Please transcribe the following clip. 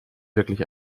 wirklich